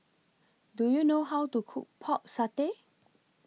Do YOU know How to Cook Pork Satay